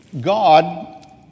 God